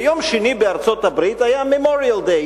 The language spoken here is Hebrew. ביום שני בארצות-הברית היה Memorial Day,